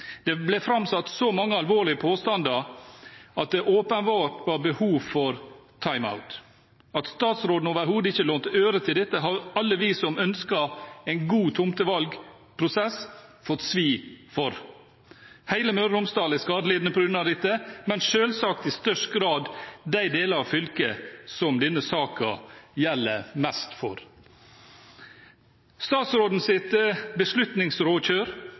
Det ble framsatt så mange alvorlige påstander at det åpenbart var behov for «time-out». At statsråden overhodet ikke lånte øre til dette, har alle vi som ønsket en god tomtevalgprosess, fått svi for. Hele Møre og Romsdal er skadelidende på grunn av dette, men selvsagt i størst grad de deler av fylket som denne saken gjelder mest for.